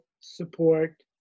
support